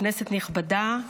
כנסת נכבדה,